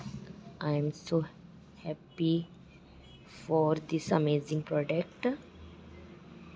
I M so happy for this amazing product